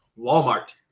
Walmart